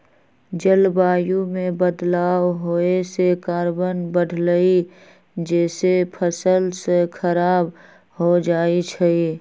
जलवायु में बदलाव होए से कार्बन बढ़लई जेसे फसल स खराब हो जाई छई